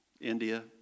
India